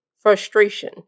Frustration